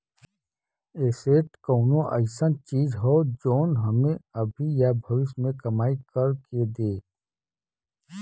asset कउनो अइसन चीज हौ जौन हमें अभी या भविष्य में कमाई कर के दे